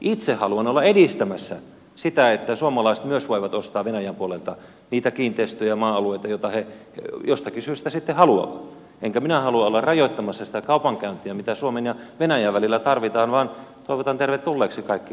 itse haluan olla edistämässä sitä että suomalaiset myös voivat ostaa venäjän puolelta niitä kiinteistöjä maa alueita joita he jostakin syystä sitten haluavat enkä minä halua olla rajoittamassa sitä kaupankäyntiä mitä suomen ja venäjän välillä tarvitaan vaan toivotan tervetulleeksi kaikki maksavat asiakkaat